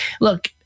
Look